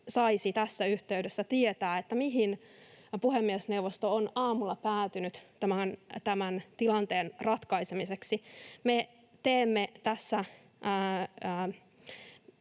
saisi tässä yhteydessä tietää, mihin puhemiesneuvosto on aamulla päätynyt tämän tilanteen ratkaisemiseksi. Me teemme tässä